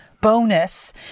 bonus